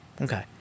Okay